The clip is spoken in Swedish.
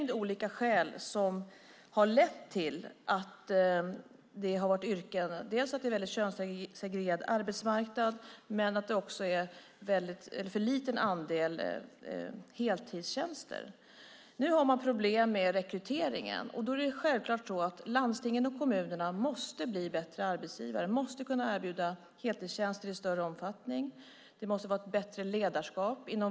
Det är en väldigt könssegregerad arbetsmarknad, men det är också en för liten andel heltidstjänster. Nu har man problem med rekryteringen, och då är det självklart att landstingen och kommunerna måste bli bättre arbetsgivare. De måste kunna erbjuda heltidstjänster i större omfattning. Det måste vara ett bättre ledarskap.